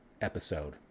episode